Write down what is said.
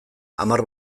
hamar